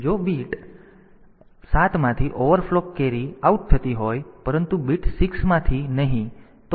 જો બીટ 7 માંથી overflow carry out થતી હોય પરંતુ બીટ 6 માંથી નહીં